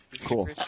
Cool